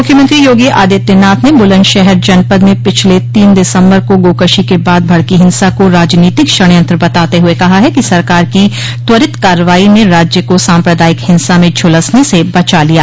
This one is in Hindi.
मुख्यमंत्री योगी आदित्यनाथ ने बुलन्दशहर जनपद में पिछले तीन दिसम्बर को गोकशी के बाद भड़की हिंसा को राजनीतिक षड्यंत्र बताते हुए कहा है कि सरकार की त्वरित कार्रवाई ने राज्य को साम्प्रदायिक हिंसा में झूलसने से बचा लिया